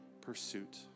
pursuit